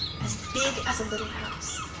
as big as a little house,